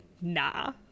nah